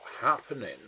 happening